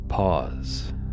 Pause